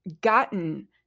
gotten